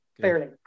Fairly